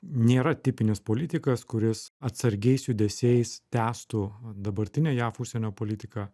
nėra tipinis politikas kuris atsargiais judesiais tęstų dabartinę jav užsienio politiką